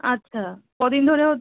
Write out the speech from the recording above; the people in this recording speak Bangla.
আচ্ছা কদিন ধরে হ